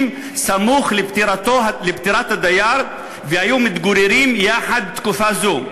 סמוך לפטירת הדייר והיו מתגוררים יחד תקופה זו,